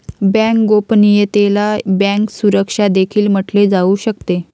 bank गोपनीयतेला bank सुरक्षा देखील म्हटले जाऊ शकते